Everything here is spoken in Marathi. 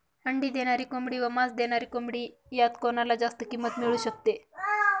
अंडी देणारी कोंबडी व मांस देणारी कोंबडी यात कोणाला जास्त किंमत मिळू शकते?